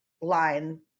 line